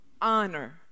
honor